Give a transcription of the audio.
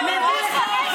הגיוני?